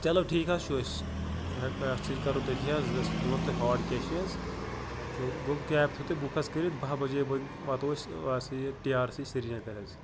چلو ٹھیٖک حظ چھُ أسۍ اَتھ سۭتۍ کَرو تٔتھے حظ أسۍ دِمو تۄہہِ ہاڑ کیشی حظ تہٕ گوٚو کیب تھٲیِو تُہۍ بُک حظ کٔرِتھ باہ بَجے بٲگۍ واتو أسۍ یہِ ہسا یہِ ٹی آر سی سرینگر حظ